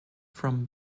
from